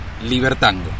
Libertango